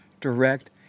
direct